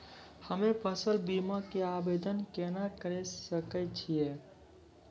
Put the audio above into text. हम्मे फसल बीमा के आवदेन केना करे सकय छियै?